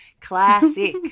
Classic